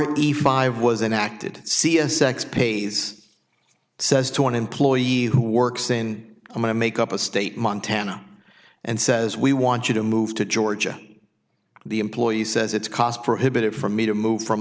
the five was enacted see a sex pays says to an employee who works in my make up a state montana and says we want you to move to georgia the employee says it's cost prohibitive for me to move from